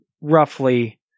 roughly